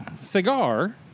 cigar